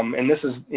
um and this is,